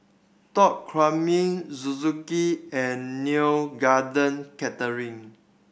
Top Gourmet Suzuki and Neo Garden Catering